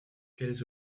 quels